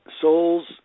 souls